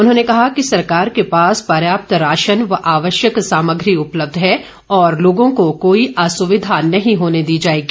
उन्होंने कहा कि सरकार के पास पर्याप्त राशन व आवश्यक सामग्री उपलब्ध है और लोगों को कोई असुविधा नहीं होने दी जाएगी